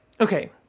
Okay